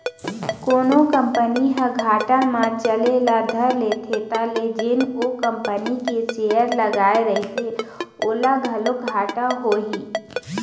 कोनो कंपनी ह घाटा म चले ल धर लेथे त ले जेन ओ कंपनी के सेयर लगाए रहिथे ओला घलोक घाटा होही